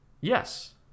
Yes